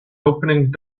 opening